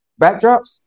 backdrops